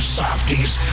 softies